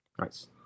Nice